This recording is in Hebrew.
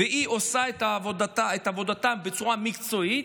והיא עושה את עבודתה בצורה מקצועית,